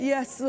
Yes